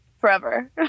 forever